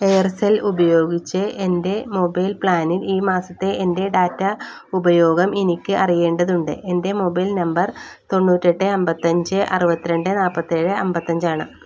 Aircel ഉപയോഗിച്ച് എൻ്റെ mobile പ്ലാനിൽ ഈ മാസത്തെ എൻ്റെ ഡാറ്റ ഉപയോഗം എനിക്ക് അറിയേണ്ടതുണ്ട് എൻ്റെ മൊബൈൽ നമ്പർ തൊണ്ണൂറ്റിയെട്ട് അന്പത്തിയഞ്ച് അറുപത്തിരണ്ട് നാല്പത്തിയേഴ് അന്പത്തിയഞ്ചാണ്